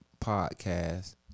podcast